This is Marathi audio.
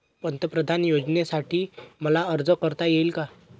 पंतप्रधान योजनेसाठी मला अर्ज करता येईल का?